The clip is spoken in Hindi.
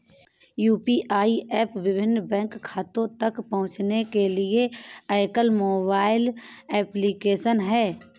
यू.पी.आई एप विभिन्न बैंक खातों तक पहुँचने के लिए एकल मोबाइल एप्लिकेशन है